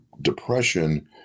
depression